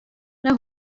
nei